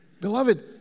Beloved